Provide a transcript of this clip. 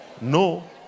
no